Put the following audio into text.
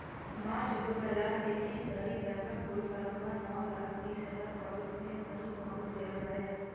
मार्च, दू हजार इकैस धरि बैंकक कुल कारोबार नौ लाख तीस हजार करोड़ रुपैया धरि पहुंच गेल रहै